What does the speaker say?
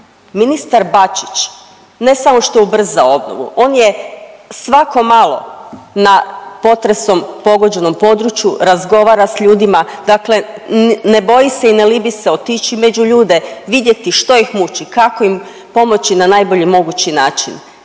Ministar Bačić ne samo što je ubrzao obnovu on je svako malo na potresom pogođenom području, razgovara s ljudima, dakle ne boji se i ne libi se otići među ljude, vidjeti što ih muči, kako im pomoći na najbolji mogući način.